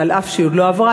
אף שהיא עוד לא עברה,